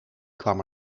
kwam